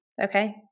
Okay